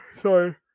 Sorry